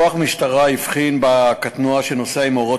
כוח משטרה הבחין בקטנוע שנוסע עם אורות